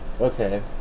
Okay